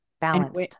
balanced